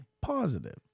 Positive